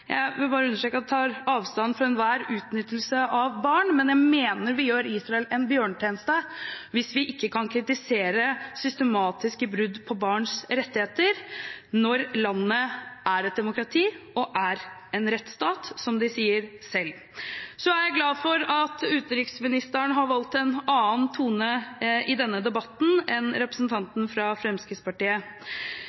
Jeg vil bare understreke at jeg tar avstand fra enhver utnyttelse av barn, men jeg mener vi gjør Israel en bjørnetjeneste hvis vi ikke kan kritisere systematiske brudd på barns rettigheter, når landet er et demokrati og en rettsstat, som de sier selv. Jeg er glad for at utenriksministeren har valgt en annen tone i denne debatten enn representanten fra Fremskrittspartiet.